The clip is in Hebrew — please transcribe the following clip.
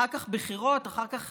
אחר כך בחירות, אחר כך